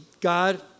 God